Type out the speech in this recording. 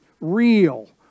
real